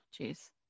jeez